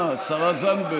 אה, השרה זנדברג.